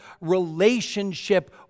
relationship